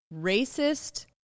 racist